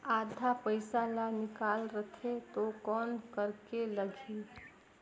आधा पइसा ला निकाल रतें तो कौन करेके लगही?